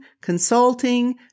consulting